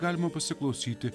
galima pasiklausyti